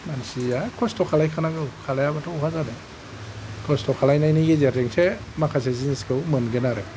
मानसिया खस्थ' खालामखानांगौ खालामाबा बहा जानो खस्थ' खालामनायनि गेजेरजोंसो माखासे जिनिसखौ मोनगोन आरो